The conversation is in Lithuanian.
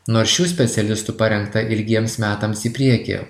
nors šių specialistų parengta ilgiems metams į priekį